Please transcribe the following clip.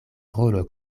rolo